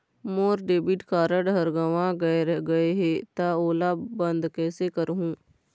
मोर debit card हर गंवा गैर गए हे त ओला बंद कइसे करहूं?